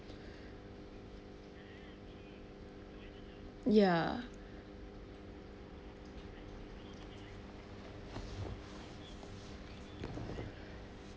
ya